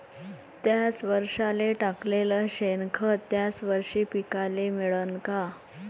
थ्याच वरसाले टाकलेलं शेनखत थ्याच वरशी पिकाले मिळन का?